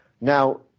Now